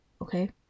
okay